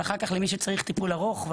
ולאחר מכן למי שצריך טיפול ארוך.